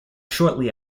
shortly